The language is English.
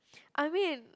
I mean